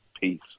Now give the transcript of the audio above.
peace